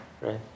right